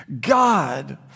God